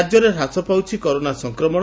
ରାଜ୍ୟରେ ହ୍ରାସ ପାଉଛି କରୋନା ସଂକ୍ରମଣ